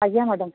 ଆଜ୍ଞା ମ୍ୟାଡ଼ମ୍